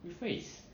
rephrase